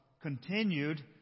continued